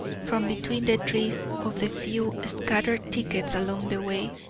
from between the trees of the few scattered thickets along the way,